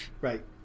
Right